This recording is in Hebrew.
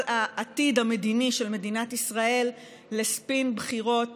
העתיד המדיני של מדינת ישראל לספין בחירות